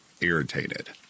Irritated